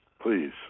please